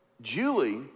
Julie